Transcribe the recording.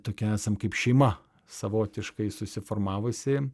tokia esam kaip šeima savotiškai susiformavusi